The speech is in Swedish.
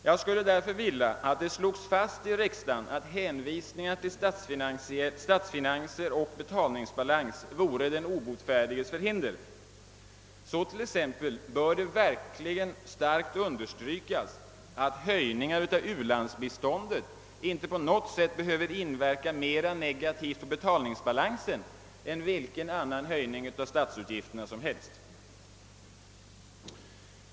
Jag skulle därför önska att det sloges fast i riksdagen, att hänvisningar till statsfinanser och betalningsbalans vore den obotfärdiges förhinder. Så t.ex. bör det verkligen starkt understrykas att höjningar av u-landsbiståndet inte på något sätt behöver inverka mera negativt på betalningsbalansen än vilken annan höjning av statsutgifterna som helst.